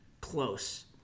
close